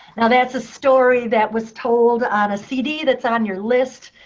now that's a story that was told on a cd that's on your list.